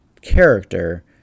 character